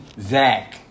Zach